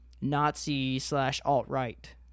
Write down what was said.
Nazi-slash-alt-right